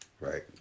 Right